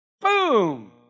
Boom